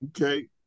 Okay